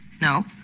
No